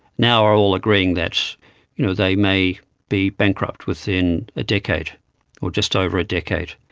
now are all agreeing that you know they may be bankrupt within a decade or just over a decade.